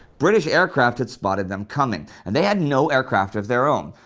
british aircraft had spotted them coming, and they had no aircraft of their own,